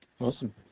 Awesome